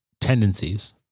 tendencies